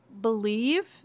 believe